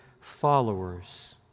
followers